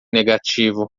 negativo